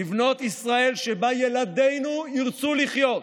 לבנות ישראל שבה ילדינו ירצו לחיות.